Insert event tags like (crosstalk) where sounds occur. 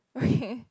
okay (breath)